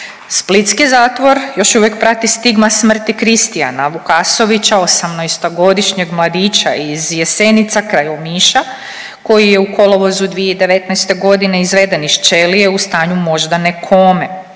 Splitski zatvor još uvijek prati stigma smrti Kristijana Vukasovića, 18-godišnjeg mladića iz Jesenica kraj Omiša koji je u kolovozu 2019. izveden iz ćelije u stanju moždane kome,